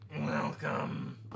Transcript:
Welcome